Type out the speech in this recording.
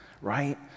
right